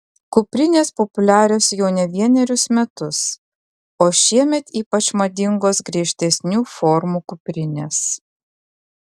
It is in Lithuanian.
kuprinės populiarios jau ne vienerius metus o šiemet ypač madingos griežtesnių formų kuprinės